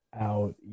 Out